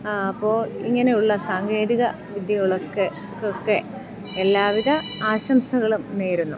അപ്പോൾ ഇങ്ങനെയുള്ള സാങ്കേതിക വിദ്യകളൊക്കെ എല്ലാവിധ ആശംസകളും നേരുന്നു